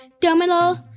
Terminal